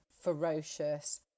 ferocious